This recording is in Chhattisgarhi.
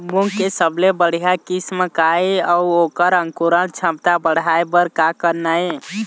मूंग के सबले बढ़िया किस्म का ये अऊ ओकर अंकुरण क्षमता बढ़ाये बर का करना ये?